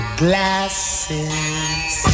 glasses